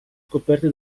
scoperta